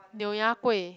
nyonya-kueh